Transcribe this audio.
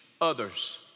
others